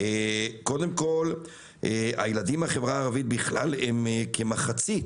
קודם כל הילדים בחברה הערבית בכלל הם כמחצית